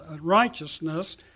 righteousness